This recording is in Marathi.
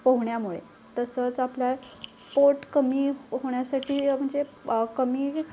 पोहण्यामुळे तसंच आपल्या पोट कमी होण्यासाठी म्हणजे कमी